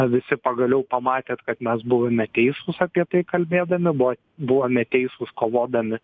visi pagaliau pamatėt kad mes buvome teisūs apie tai kalbėdami buvo buvome teisūs kovodami